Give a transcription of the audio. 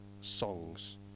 songs